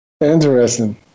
Interesting